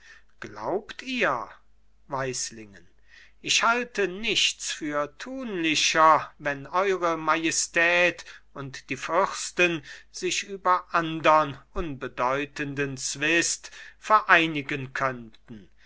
glaubt ihr weislingen ich halte nichts für tunlicher wenn eure majestät und die fürsten sich über andern unbedeutenden zwist vereinigen könnten